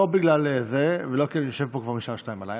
לא בגלל זה ולא כי אני יושב פה כבר משעה 02:00,